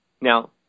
Now